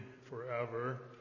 forever